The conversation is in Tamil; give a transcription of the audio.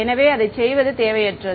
எனவே அதைச் செய்வது தேவையற்றது